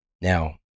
Now